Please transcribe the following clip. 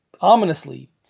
ominously